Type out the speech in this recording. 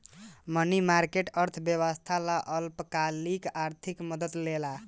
मनी market, अर्थव्यवस्था ला अल्पकालिक आर्थिक मदद देला